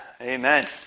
Amen